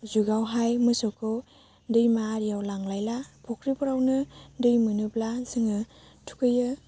जुगआवहाय मोसौखौ दैमा आरियाव लांलायला फुख्रिफोरावनो दै मोनोब्ला जोङो थुखैयो